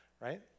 right